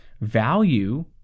value